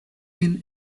been